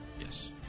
Yes